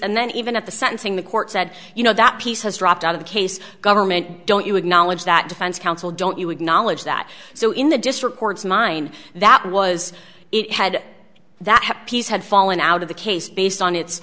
and then even at the sentencing the court said you know that piece has dropped out of the case government don't you acknowledge that defense counsel don't you acknowledge that so in the district courts mine that was it had that happy's had fallen out of the case based on it